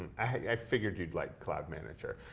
i figured you'd like cloud manager